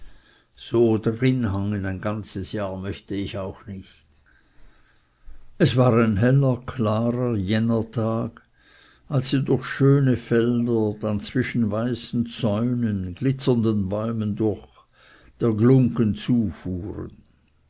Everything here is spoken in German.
so darinnen hangen ein ganzes jahr möchte ich auch nicht es war ein heller klarer jennertag als sie durch schöne felder dann zwischen weißen zäunen glitzernden bäumen durch der glunggen zufuhren